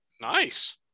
Nice